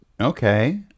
Okay